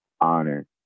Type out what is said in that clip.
honor